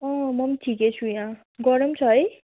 गरम छ है